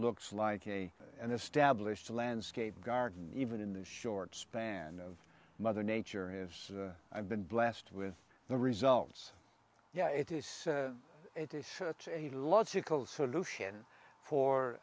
looks like a and established a landscape garden even in the short span of mother nature is i've been blessed with the results yeah it is it is such a logical solution for